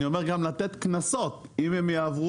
אני אומר גם לתת קנסות אם הם יעברו.